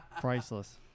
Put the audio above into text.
Priceless